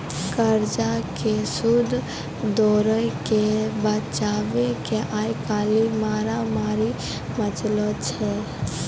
कर्जा के सूद दरो के बचाबै के आइ काल्हि मारामारी मचलो छै